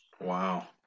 Wow